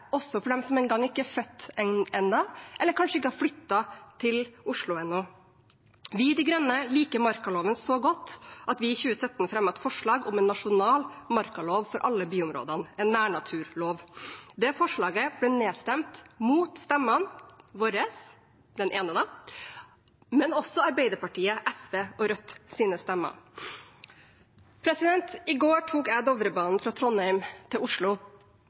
også for dem som ikke engang er født ennå, eller for dem som kanskje ikke har flyttet til Oslo ennå. Vi i De Grønne liker markaloven så godt at vi i 2017 fremmet et forslag om en nasjonal markalov for alle byområdene, en nærnaturlov. Det forslaget ble nedstemt mot vår stemme – den ene, da – men også mot Arbeiderpartiet, SV og Rødts stemmer. I går tok jeg Dovrebanen fra Trondheim til Oslo.